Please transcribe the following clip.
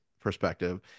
perspective